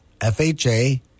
FHA